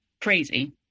crazy